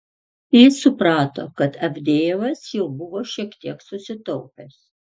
jis suprato kad avdejevas jau buvo šiek tiek susitaupęs